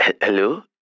Hello